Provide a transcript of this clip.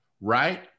right